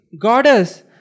goddess